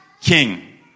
king